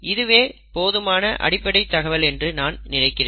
இதுவே போதுமான அடிப்படை தகவல் என்று நான் நினைக்கிறேன்